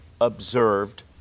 observed